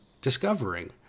discovering